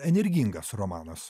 energingas romanas